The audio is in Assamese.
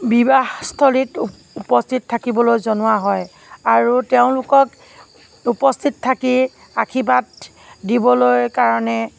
বিবাহস্থলীত উপ উপস্থিত থাকিবলৈ কোৱা হয় আৰু তেওঁলোকক উপস্থিত থাকি আশীৰ্বাদ দিবলৈ কাৰণে